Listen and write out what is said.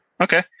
okay